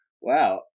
Wow